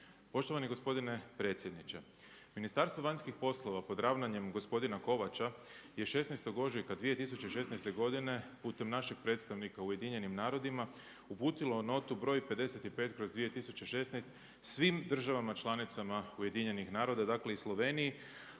Poštovani gospodine predsjedniče, Ministarstvo vanjskih poslova pod ravnanjem gospodina Kovača je 16. ožujka 2016. godine putem našeg predstavnika u UN-a uputilo notu broj 55/2016. svim državama članicama UN-a, dakle i Sloveniji